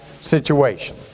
situation